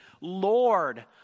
Lord